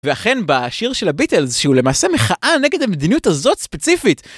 ואכן בשיר של הביטלס שהוא למעשה מחאה נגד המדיניות הזאת ספציפית.